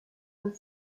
and